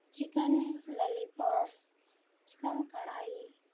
chicken lollipop chicken کڑھائی